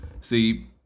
see